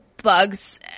bugs